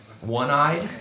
One-eyed